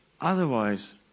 Otherwise